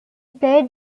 played